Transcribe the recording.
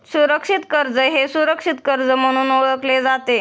सुरक्षित कर्ज हे सुरक्षित कर्ज म्हणून ओळखले जाते